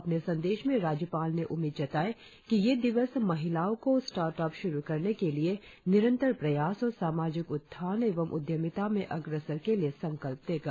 अपने संदेश में राज्यपाल ने उम्मीद जताई कि यह दिवस महिलाओं को स्टर्ट अप श्रु करने के लिए निरंतर प्रयास और सामाजिक उत्थान एवं उद्यमिता में अग्रसर के लिए संकल्प देगा